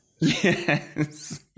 Yes